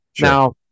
now